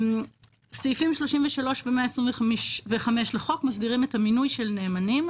סעיפים 33 ו-125 לחוק מסדירים את המינוי של נאמנים,